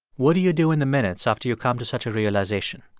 what do you do in the minutes after you come to such a realization?